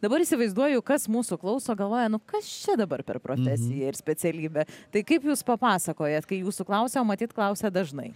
dabar įsivaizduoju kas mūsų klauso galvoja nu kas čia dabar per profesija ir specialybė tai kaip jūs papasakojat kai jūsų klausia o matyt klausia dažnai